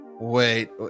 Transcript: wait